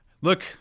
Look